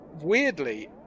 weirdly